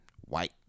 white